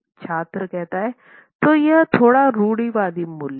छात्र तो यह थोड़ा रूढ़िवादी मूल्य है